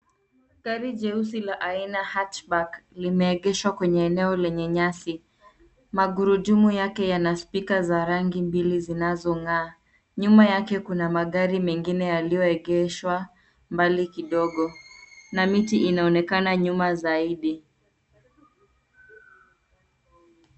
Gari jeusi la aina hatchback limeegeshwa kwenye eneo lenye nyasi. Magurudumu yake yana speka za rangi mbili zinazongaa. Nyuma yake kuna magari mengine yaliyoegeshwa mbali kidogo na miti inaonekana nyuma zaidi.